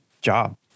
job